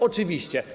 Oczywiście.